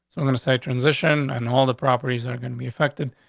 i'm going to say transition and all the properties, they're going to be affected.